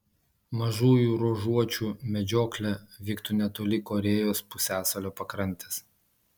mažųjų ruožuočių medžioklė vyktų netoli korėjos pusiasalio pakrantės